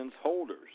holders